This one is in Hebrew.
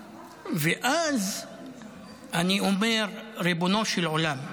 ואני אומר: ריבונו של עולם,